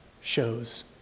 shows